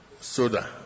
soda